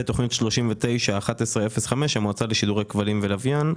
ותכנית 391105 המועצה לשידורי כבלים ולווין,